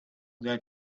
going